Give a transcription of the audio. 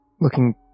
Looking